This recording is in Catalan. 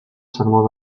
sermó